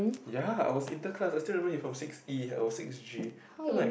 ya I was interclass I still remember he from six E I was six G then I'm like